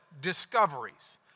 discoveries